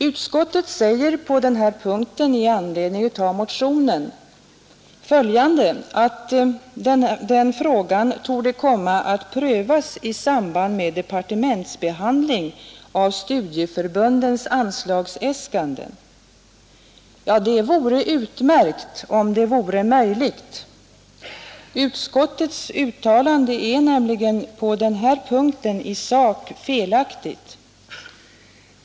Utskottet säger på den här punkten i betänkandet i anledning av motionen att denna fråga torde komma att prövas i samband med departementsbehandlingen av studieförbundens anslagsäskanden. Det vore utmärkt — om det vore möjligt. Utskottets uttalande är nämligen i sak felaktigt.